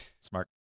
Smart